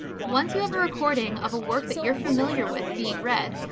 once you have a recording of a work that you're familiar with being read,